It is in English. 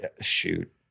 shoot